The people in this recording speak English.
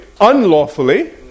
unlawfully